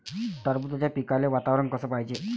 टरबूजाच्या पिकाले वातावरन कस पायजे?